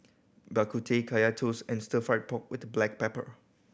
Bak Kut Teh Kaya Toast and Stir Fried Pork With Black Pepper